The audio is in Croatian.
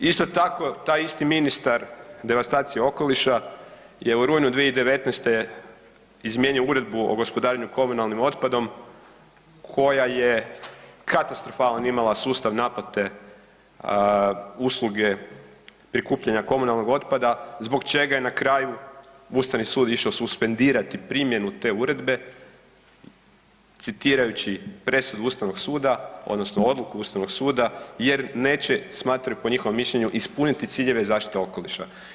Isto tako taj isti ministar devastacija okoliša je u rujnu 2019. izmijenio uredbu o gospodarenju komunalnim otpadom koja je katastrofalan imala sustav naplate usluge prikupljanja komunalnog otpada zbog čega je na kraju Ustavni sud išao suspendirati primjenu te uredbe citirajući presudu Ustavnog suda odnosno odluku Ustavnog suda jer neće smatraju po njihovom mišljenju, ispuniti ciljeve zaštite okoliša.